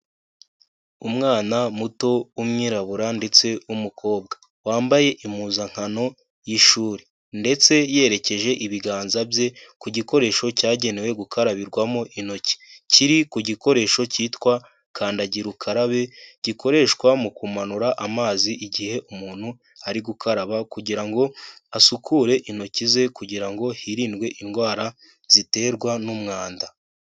Umwana muto w'umwirabura ndetse w'umukobwa. Wambaye impuzankano y'ishuri ndetse yerekeje ibiganza bye ku gikoresho cyagenewe gukarabirwamo intoki. Kiri ku gikoresho cyitwa kandagira ukarabe, gikoreshwa mu kumanura amazi igihe umuntu ari gukaraba kugira ngo asukure intoki ze kugira ngo hirindwe indwara ziterwa n'umwanda.